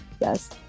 yes